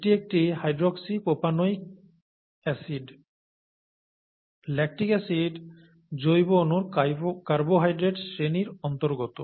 এটি একটি hydroxy propanoic acid lactic acid জৈবঅণুর কার্বোহাইড্রেট শ্রেণীর অন্তর্গত